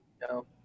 No